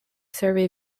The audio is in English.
survey